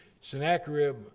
Sennacherib